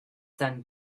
son